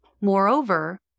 Moreover